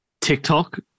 TikTok